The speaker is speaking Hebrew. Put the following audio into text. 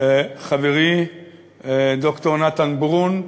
חברי ד"ר נתן ברון,